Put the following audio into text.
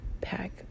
pack